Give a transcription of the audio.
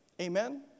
Amen